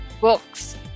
books